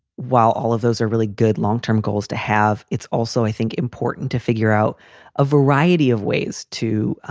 while all of those are really good long term goals to have. it's also, i think, important to figure out a variety of ways to